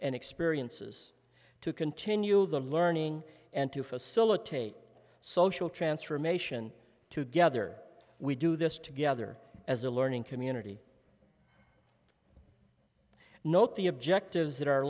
and experiences to continue the learning and to facilitate social transformation to gether we do this together as a learning community note the objectives that are